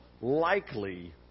likely